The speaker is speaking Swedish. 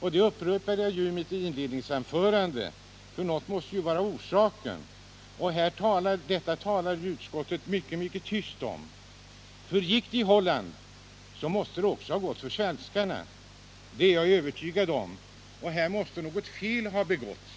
Den frågan ställde jag även i mitt inledningsanförande. Någon anledning måste det ju finnas, men detta talar utskottet mycket tyst om. Om det gick i Holland, borde det också ha gått för oss svenskar. Det är jag övertygad om. Här måste något fel ha begåtts.